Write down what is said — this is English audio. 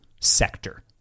sector